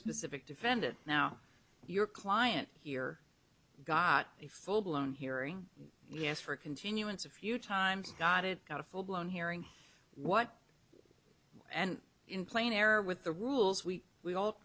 specific defendant now your client here got a full blown hearing yes for a continuance a few times got it got a full blown hearing what and in plain error with the rules we we all